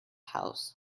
house